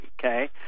Okay